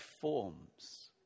forms